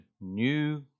new